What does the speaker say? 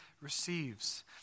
receives